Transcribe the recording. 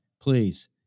please